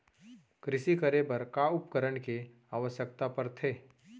कृषि करे बर का का उपकरण के आवश्यकता परथे?